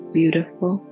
beautiful